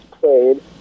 played